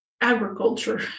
agriculture